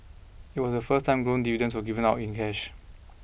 it was the first time growth dividends were given out in cash